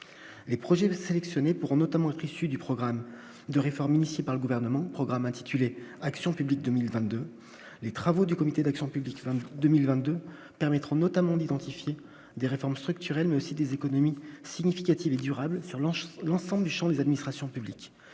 les projets sélectionnés pourront notamment être issue du programme de réformes initiées par le gouvernement programme intitulé Action publique 2022 du travaux du comité d'action publique 20 2022 permettront notamment d'identifier des réformes structurelles, mais aussi des économies significatives et durables sur l'anchois, l'ensemble du Champ des administrations publiques,